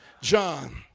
John